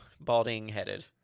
Balding-headed